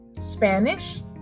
Spanish